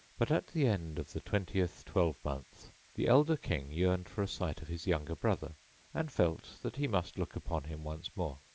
but at the end of the twentieth twelvemonth the elder king yearned for a sight of his younger brother and felt that he must look upon him once more.